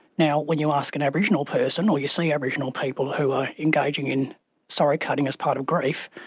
now, when you ask an aboriginal person or you see aboriginal people who are engaging in sorry-cutting as part of grief,